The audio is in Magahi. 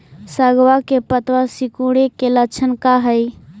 सगवा के पत्तवा सिकुड़े के लक्षण का हाई?